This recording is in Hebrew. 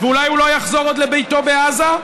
ואולי הוא לא יחזור עוד לביתו בעזה,